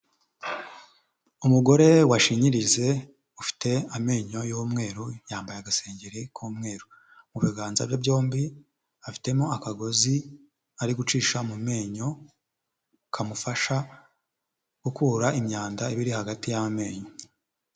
Umugore washinyirize ufite amenyo y'umweru, yambaye agasengengeri k'umweru, mu biganza bye byombi afitemo akagozi ari gucisha mu menyo kamufasha gukura imyanda iba iri hagati y'amenyo.